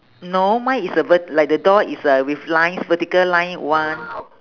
no mine is a vert~ like the door is a with lines vertical line [one]